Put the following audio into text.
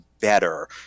better